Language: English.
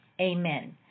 Amen